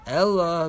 Ella